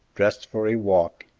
dressed for a walk,